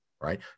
right